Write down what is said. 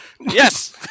Yes